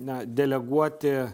na deleguoti